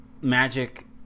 magic